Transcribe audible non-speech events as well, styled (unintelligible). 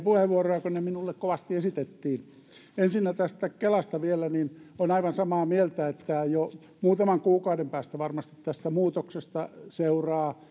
puheenvuoroa kun ne minulle kovasti esitettiin ensinnä tästä kelasta vielä olen aivan samaa mieltä että varmasti jo muutaman kuukauden päästä tästä muutoksesta seuraa (unintelligible)